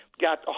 got